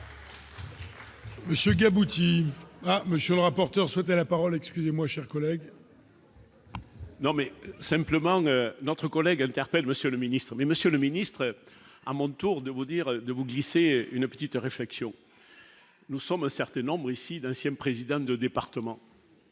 monsieur le rapporteur, souhaitait la parole excusez-moi chers collègues. Non mais simplement notre collègue interpelle Monsieur le Ministre, Monsieur le ministre, à mon tour de vous dire de vous glisser une petite réflexion, nous sommes un certain nombre ici d'anciens présidents de département.